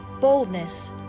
boldness